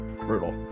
brutal